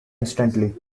instantly